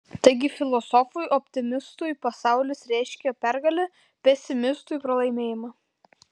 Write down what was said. taigi filosofui optimistui pasaulis reiškia pergalę pesimistui pralaimėjimą